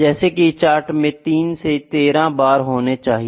जैसे की चार्ट में 3 से 13 बार होने चाहिए